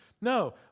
No